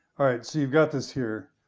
all right, so you've got this here.